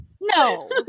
no